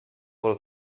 vol